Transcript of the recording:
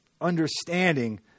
understanding